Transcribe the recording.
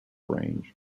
range